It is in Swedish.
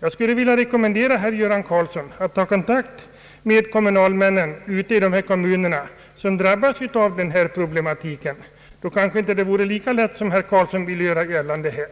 Jag skulle vilja rekommendera herr Göran Karlsson att ta kontakt med kommunalmännen i de områden där man drabbas av den här problematiken — då vore det hela kanske inte lika lätt som herr Karlsson ville göra gällande här.